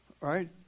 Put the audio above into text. right